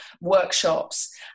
workshops